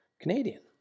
Canadian